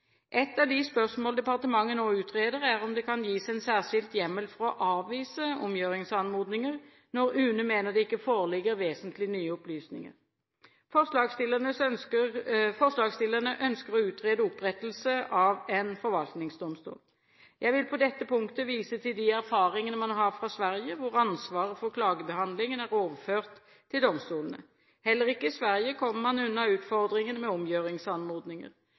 Et av de spørsmål departementet nå utreder, er om det kan gis en særskilt hjemmel for å avvise omgjøringsanmodninger når UNE mener det ikke foreligger vesentlige nye opplysninger. Forslagsstillerne ønsker å utrede opprettelse av en forvaltningsdomstol. Jeg vil på dette punktet vise til de erfaringene man har fra Sverige, hvor ansvaret for klagebehandlingen er overført til domstolene. Heller ikke i Sverige kommer man unna utfordringene med omgjøringsanmodninger.